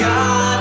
God